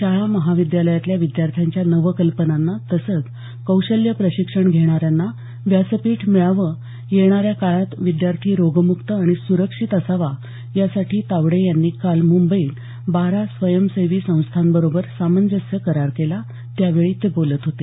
शाळा महाविद्यालयातल्या विद्यार्थ्यांच्या नवकल्पनांना तसंच कौशल्य प्रशिक्षण घेणाऱ्यांना व्यासपीठ मिळावं येणाऱ्या काळात विद्यार्थी रोगमुक्त आणि सुरक्षित असावा यासाठी तावडे यांनी काल मुंबईत बारा स्वयंसेवी संस्थाबरोबर सामंजस्य करार केला त्यावेळी ते बोलत होते